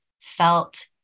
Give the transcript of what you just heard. felt